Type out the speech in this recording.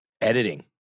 editing